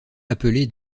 appelé